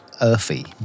earthy